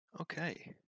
Okay